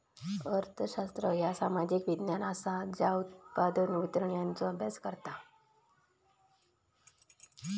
अर्थशास्त्र ह्या सामाजिक विज्ञान असा ज्या उत्पादन, वितरण यांचो अभ्यास करता